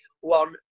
One